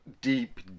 deep